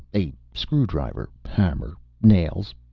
a screwdriver, hammer, nails,